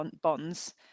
bonds